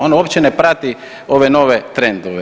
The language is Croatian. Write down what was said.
Ona uopće ne prati ove nove trendove.